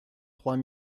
trois